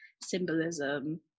symbolism